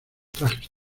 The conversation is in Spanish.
trajes